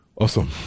Awesome